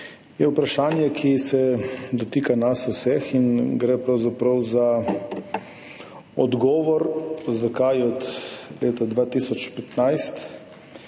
je vprašanje, ki se dotika nas vseh in gre pravzaprav za odgovor, zakaj od leta 2015,